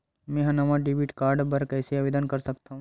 मेंहा नवा debit card बर कैसे आवेदन कर सकथव?